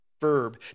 verb